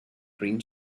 green